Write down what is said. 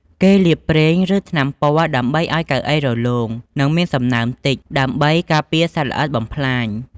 គេលាបប្រេង ឬថ្នាំពណ៌ដើម្បីឲ្យកៅអីរលោង និងមានសំណើមតិច ដើម្បីការពារសត្វល្អិតបំផ្លាញ។